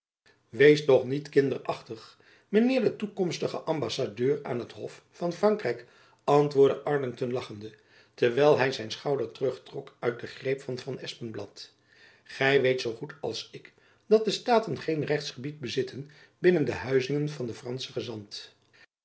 wees toch niet kinderachtig mijn heer de toekomstige ambassadeur aan t hof van frankrijk antwoordde arlington lachende terwijl hy zijn schouder terugtrok uit den greep van van espenblad gy weet zoo goed als ik dat de staten geen rechtsgebied bezitten binnen de huizinge van den franschen gezant